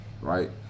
right